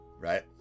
right